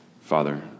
Father